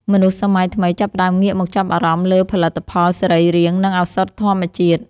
មនុស្សសម័យថ្មីចាប់ផ្តើមងាកមកចាប់អារម្មណ៍លើផលិតផលសរីរាង្គ និងឱសថធម្មជាតិ។